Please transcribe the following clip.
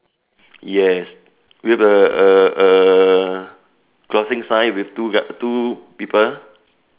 yes with a a a crossing sign with two guard two people